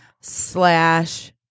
slash